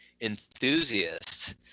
enthusiasts